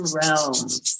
realms